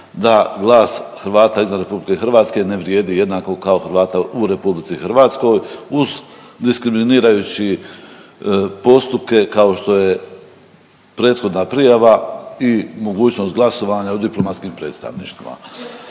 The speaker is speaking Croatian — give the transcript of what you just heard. da glas Hrvata izvan RH ne vrijedi jednako kao Hrvata u RH uz diskriminirajući postupke kao što je prethodna prijava i mogućnost glasovanja u diplomatskim predstavništvima.